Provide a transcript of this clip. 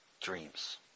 dreams